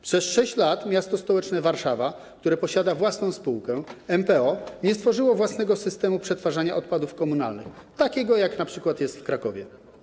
Przez 6 lat m.st. Warszawa, które posiada własną spółkę, MPO, nie stworzyła własnego systemu przetwarzania odpadów komunalnych, takiego jaki np. jest w Krakowie.